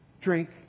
drink